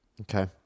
Okay